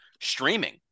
streaming